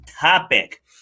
topic